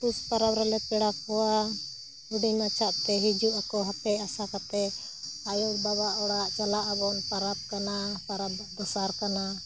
ᱯᱩᱥ ᱯᱟᱨᱟᱵᱽ ᱨᱮᱞᱮ ᱯᱮᱲᱟ ᱠᱚᱣᱟ ᱦᱩᱰᱤᱝ ᱢᱟᱪᱷᱟᱜ ᱛᱮ ᱦᱤᱡᱩᱜ ᱟᱠᱚ ᱦᱟᱯᱮ ᱟᱥᱟ ᱠᱟᱛᱮᱫ ᱟᱭᱳ ᱵᱟᱵᱟ ᱚᱲᱟᱜ ᱪᱟᱞᱟᱜ ᱟᱵᱚᱱ ᱯᱟᱨᱟᱵᱽ ᱠᱟᱱᱟ ᱯᱟᱨᱟᱵᱽ ᱫᱚᱥᱟᱨ ᱠᱟᱱᱟ